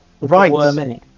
Right